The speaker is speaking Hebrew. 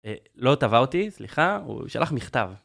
לא תבע אותי, סליחה, הוא שלח מכתב.